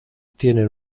tienen